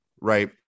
right